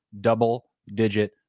double-digit